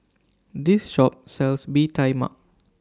This Shop sells Bee Tai Mak